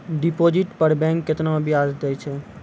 Deposit पर bank केतना ब्याज दै छै?